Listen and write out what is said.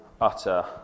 utter